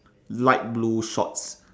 light blue shorts